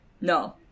No